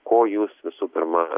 ko jūs visų pirma